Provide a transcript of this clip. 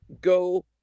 go